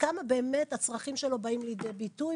כמה באמת הצרכים שלו באים לידי ביטוי,